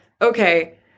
okay